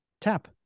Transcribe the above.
tap